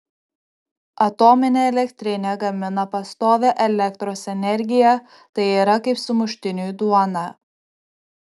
atominė elektrinė gamina pastovią elektros energiją tai yra kaip sumuštiniui duona